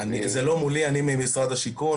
זה לא מולי, אני ממשרד השיכון.